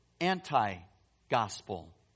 anti-gospel